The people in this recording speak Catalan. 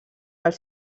als